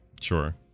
Sure